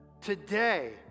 today